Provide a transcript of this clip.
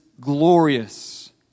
glorious